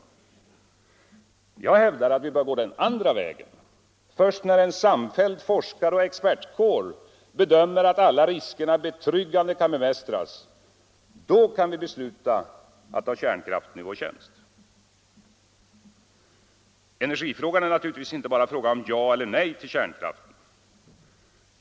Jag hävdar att vi bör gå den andra vägen — först när en samfälld forskaroch expertkår bedömer att alla riskerna betryggande kan bemästras kan vi besluta att ta kärnkraften i vår tjänst. Energifrågan är naturligtvis inte bara frågan om ja eller nej till kärnkraften.